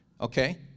Okay